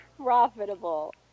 Profitable